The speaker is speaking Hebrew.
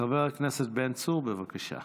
חבר הכנסת בן צור, בבקשה.